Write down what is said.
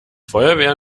feuerwehr